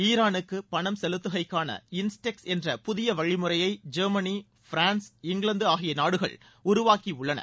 ஈராலுக்கு பணம் செலுத்துகைக்கான இன்ஸ்டெக்ஸ் என்ற புதிய வழிமுறையை ஜெர்மனி பிரான்ஸ் இங்கிலாந்து ஆகிய நாடுகள் உருவாக்கியுள்ளன